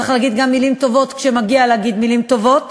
צריך גם להגיד מילים טובות כשמגיע להגיד מילים טובות,